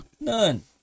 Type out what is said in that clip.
None